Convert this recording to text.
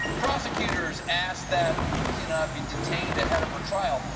prosecutors asked that butina be detained ahead of her trial.